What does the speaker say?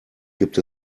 gibt